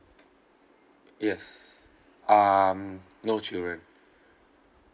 yes um no children